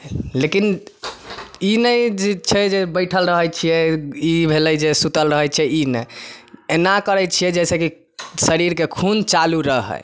लेकिन ई नहि छै जे बैठल रहै छिअय ई भेलै जे सुतल रहै छिअय ई नै ऐना करै छिअय जैसेकी शरीरके खून चालू रहै